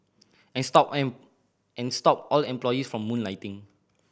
and stop and stop all employees from moonlighting